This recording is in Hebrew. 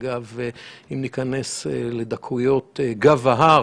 אגב, אם ניכנס לדקויות, גב ההר